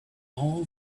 all